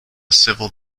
civil